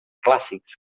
clàssics